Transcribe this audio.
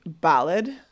ballad